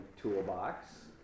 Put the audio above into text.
toolbox